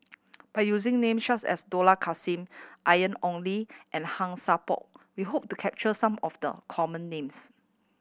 by using names such as Dollah Kassim Ian Ong Li and Han Sai Por we hope to capture some of the common names